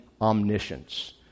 omniscience